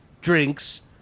drinks